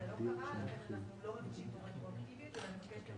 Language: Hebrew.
זה לא קרה, לכן זה לא רטרואקטיבית אלא נבקש לקבוע